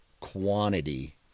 quantity